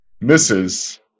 misses